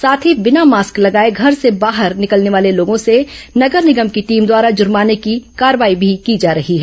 साथ ही बिना मास्क लगाए घर से बाहर निकलने वाले लोगों से नगर निगम की टीम द्वारा जुर्माने की कार्रवाई की जा रही है